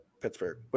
Pittsburgh